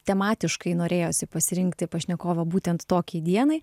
tematiškai norėjosi pasirinkti pašnekovą būtent tokiai dienai